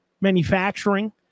manufacturing